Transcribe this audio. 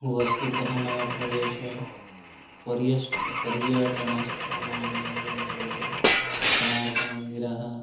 वस्तुतः मम प्रदेशे फ़र्यश्ट् पर्यटनस्थानानि एव वर्तन्ते कोणार्कमन्दिरम्